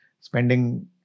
spending